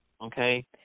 okay